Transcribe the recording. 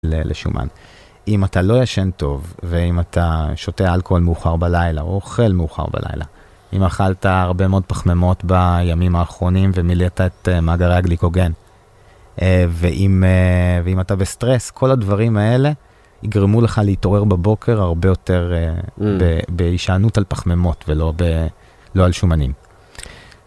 לשומן. אם אתה לא ישן טוב, ואם אתה שותה אלכוהול מאוחר בלילה או אוכל מאוחר בלילה, אם אכלת הרבה מאוד פחממות בימים האחרונים ומילת את מאגר הגליקוגן, ואם אתה בסטרס, כל הדברים האלה יגרמו לך להתעורר בבוקר הרבה יותר בהישענות על פחממות ולא על שומנים.